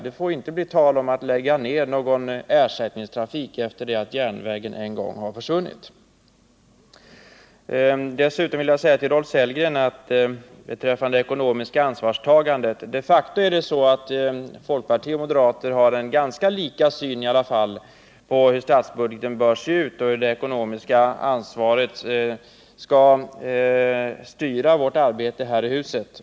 Det får inte bli tal om att lägga ned någon ersättningstrafik efter det att järnvägen en gång har försvunnit. Dessutom vill jag säga några ord till Rolf Sellgren beträffande det ekonomiska ansvarstagandet. Det är de facto så att folkpartister och moderater har ganska lika uppfattningar om hur statsbudgeten bör se ut och hur det ekonomiska ansvaret skall styra vårt arbete här i huset.